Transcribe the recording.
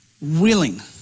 willing